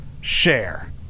share